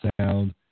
sound